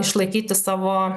išlaikyti savo